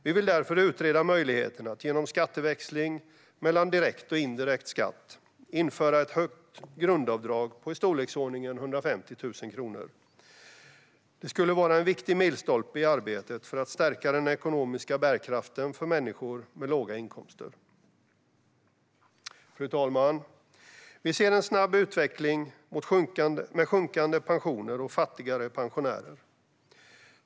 Vi vill därför utreda möjligheten att genom skatteväxling mellan direkt och indirekt skatt införa ett högt grundavdrag i storleksordningen 150 000 kronor. Det skulle vara en viktig milstolpe i arbetet för att stärka den ekonomiska bärkraften för människor med låga inkomster. Fru talman! Vi ser en snabb utveckling med sjunkande pensioner och fattigare pensionärer.